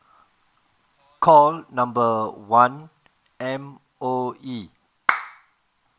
call number one M_O_E